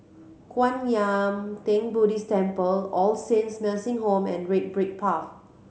Kwan Yam Theng Buddhist Temple All Saints Nursing Home and Red Brick Path